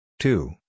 Two